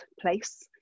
place